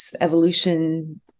evolution